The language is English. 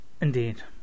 Indeed